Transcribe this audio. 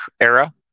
era